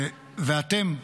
ואתם,